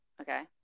okay